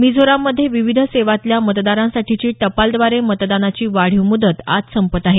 मिझोराममधे विविध सेवातल्या मतदारांच्या टपालद्वारे मतदानाची वाढीव मुदत आज संपत आहे